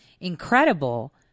incredible